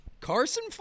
Carson